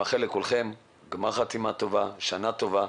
אני מאחל לכולם גמר חתימה טובה, שנה טובה,